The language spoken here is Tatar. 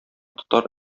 тотар